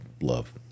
love